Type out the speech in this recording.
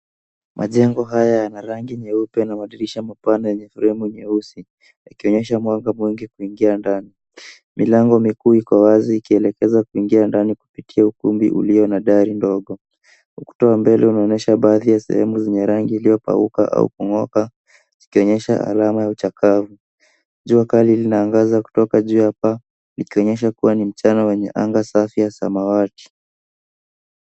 Majengo haya yana rangi nyeupe na madirisha mapana yenye fremu nyeusi, yakionyesha mwanga mwingi kuingia ndani. Milango mikuu iko wazi ikielekeza kuingia ndani kupitia ukumbi uliona dari ndogo. Ukuta wa mbele unaonyesha baadhi ya sehemu zenye rangi iliyopauka au kung'oka, zikionyesha alama ya uchakavu. Jua kali linaangaza kutoka juu ya paa, likionyesha kuwa ni mchana wenye anga safi ya samawati.